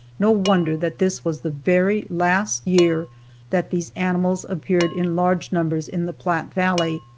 no wonder that this was the very last year that these animals appeared in large numbers in the platte valley.